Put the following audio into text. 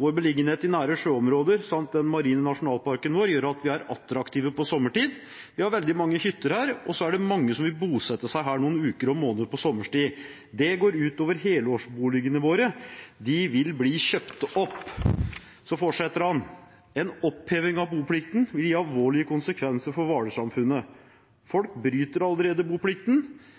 «Vår beliggenhet i nære sjøområder samt den marine nasjonalparken vår, gjør at vi er attraktive på sommerstid. Vi har veldig mange hytter her, og så er det mange som vil bosette seg her noen uker og måneder på sommerstid. Det går ut over helårsboligene våre. De vil kjøpe dem.» Så fortsetter han: «En oppheving av boplikten vil gi alvorlige konsekvenser for Hvaler-samfunnet. Folk bryter allerede boplikten.